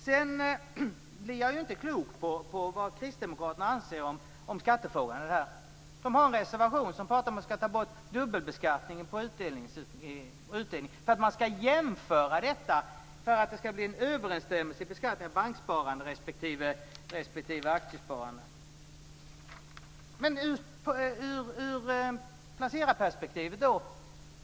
Jag blir inte klok på vad kristdemokraterna anser om skattefrågan. De har en reservation där det talas om att man ska ta bort dubbelbeskattningen på utdelningen för att det ska bli en överensstämmelse i beskattningen av banksparande respektive aktiesparande. Men hur är det ur placerarperspektivet?